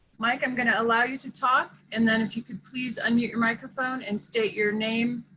mike, i'm going to allow you to talk. and then if you could please unmute your microphone and state your name,